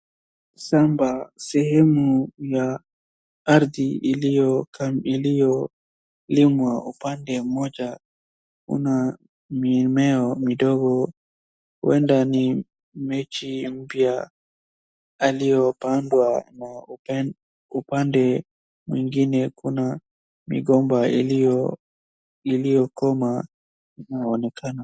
Shamba, sehemu ya ardhi iliyolimwa upande mmoja una mimea midogo, huenda ni miti mipya aliyopanda na upande mwingine kuna migomba iliyokomaa inaonekana.